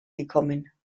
gekommen